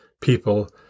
people